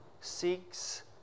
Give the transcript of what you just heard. seeks